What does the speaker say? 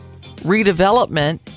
redevelopment